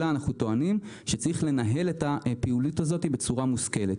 אלא אנחנו טוענים שצריך לנהל את הפעילות הזאת בצורה מושכלת.